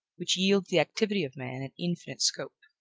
which yields the activity of man an infinite scope.